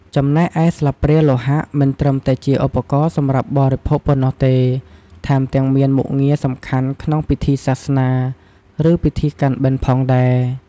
ចំណែកឯស្លាបព្រាលោហៈ មិនត្រឹមតែជាឧបករណ៍សម្រាប់បរិភោគប៉ុណ្ណោះទេ ថែមទាំងមានមុខងារសំខាន់ក្នុងពិធីសាសនា ឬពិធីកាន់បិណ្ឌ ផងដែរ។